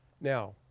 Now